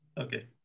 Okay